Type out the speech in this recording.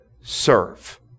serve